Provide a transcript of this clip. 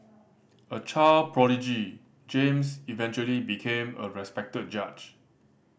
a child prodigy James eventually became a respected judge